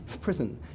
prison